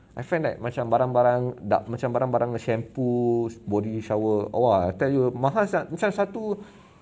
I find like macam barang-barang dah macam barang-barang the shampoo body shower oh !wah! I tell you mahal sangat macam satu